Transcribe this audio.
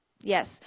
Yes